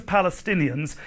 Palestinians